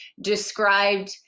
described